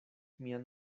mian